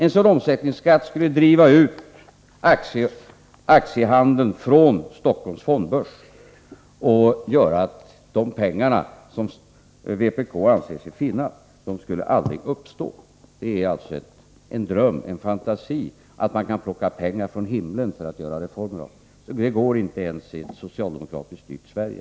En sådan omsättningsskatt skulle driva ut aktiehandeln från Stockholms fondbörs och göra att de pengar som vpk ansett sig finna aldrig skulle uppstå. Det är alltså en dröm, en fantasi att man kan plocka pengar från himlen för att göra reformer. Det går inte ens i ett socialdemokratiskt styrt Sverige.